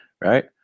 right